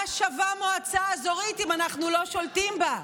מה שווה מועצה אזורית אם אנחנו לא שולטים בה?